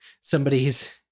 somebody's